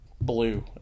blue